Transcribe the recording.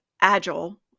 agile